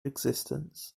existence